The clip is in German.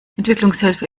entwicklungshilfe